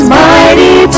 mighty